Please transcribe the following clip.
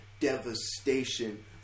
Devastation